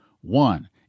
One